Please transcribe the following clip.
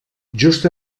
just